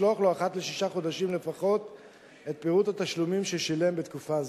לשלוח לו אחת לשישה חודשים לפחות את פירוט התשלומים ששילם בתקופה זו.